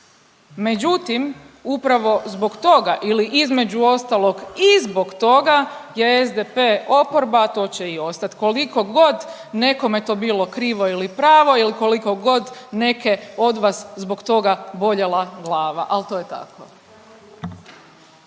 međutim upravo zbog toga ili između ostalog i zbog toga je SDP oporba, a to će i ostat koliko god nekome to bilo krivo ili pravo ili koliko god neke od vas zbog toga boljela glava, al to je tako.